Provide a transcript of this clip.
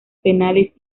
penales